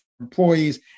employees